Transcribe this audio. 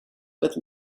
with